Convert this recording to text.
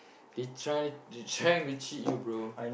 they trying they trying to cheat you bro